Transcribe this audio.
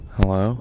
Hello